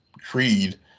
creed